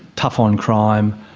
tough on crime,